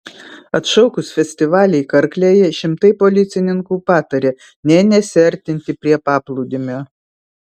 atšaukus festivalį karklėje šimtai policininkų pataria nė nesiartinti prie paplūdimio